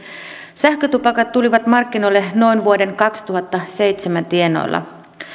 sähkötupakat tulivat markkinoille vuoden kaksituhattaseitsemän tienoilla